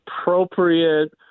appropriate